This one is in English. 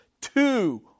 two